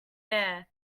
air